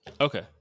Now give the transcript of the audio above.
Okay